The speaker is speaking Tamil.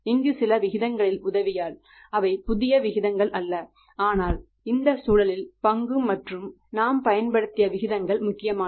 இங்கு சில விகிதங்களில் உதவியால் அவை புதிய விகிதங்கள் அல்ல ஆனால் இந்த சூழலில் பங்கு மற்றும் நாம் பயன்படுத்திய விகிதங்கள் முக்கியமானவை